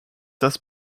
das